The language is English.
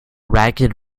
ragged